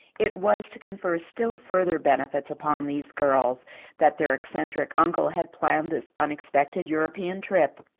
it was to confer still further benefits upon these girls that their eccentric uncle had planned this unexpected european trip.